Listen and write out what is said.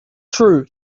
true